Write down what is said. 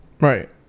Right